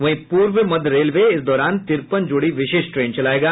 वहीं पूर्व मध्य रेलवे इस दौरान तिरपन जोड़ी विशेष ट्रेन चलायेगा